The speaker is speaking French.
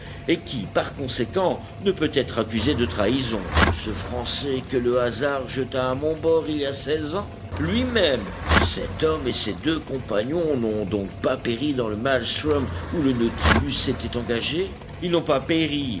et qui par conséquent ne peut être accusé de trahison ce français que le hasard jeta à mon bord il y a seize ans lui-même cet homme et ses deux compagnons n'ont donc pas péri dans le maëlstrom où le nautilus s'était engagé ils n'ont pas péri